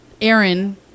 Aaron